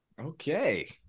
Okay